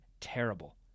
terrible